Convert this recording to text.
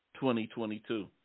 2022